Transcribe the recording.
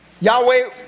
Yahweh